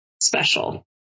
special